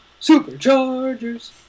Superchargers